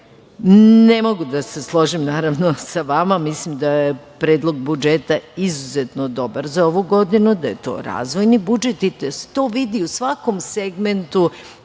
mogu da se složim, naravno, sa vama. Mislim da je predlog budžeta izuzetno dobar za ovu godinu, da je to razvojni budžet i da se to vidi u svakom segmentu